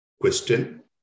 question